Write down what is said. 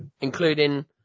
Including